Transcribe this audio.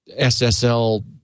SSL